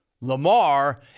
Lamar